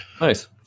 Nice